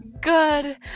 good